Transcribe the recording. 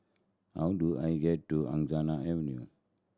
how do I get to Angsana Avenue